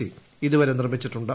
C ഇതുവരെ നിർമ്മിച്ചിട്ടുണ്ട്